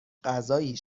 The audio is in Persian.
غذایی